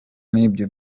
n’ibyo